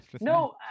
No